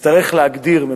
במהרה,